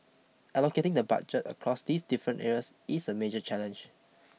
allocating the budget across these different areas is a major challenge